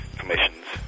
commissions